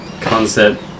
concept